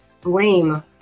blame